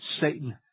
Satan